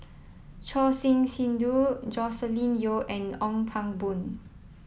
Choor Singh Sidhu Joscelin Yeo and Ong Pang Boon